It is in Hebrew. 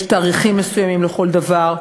יש תאריכים מסוימים לכל דבר.